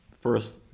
first